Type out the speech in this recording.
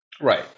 right